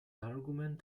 argument